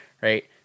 right